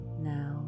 now